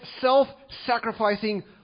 self-sacrificing